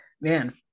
Man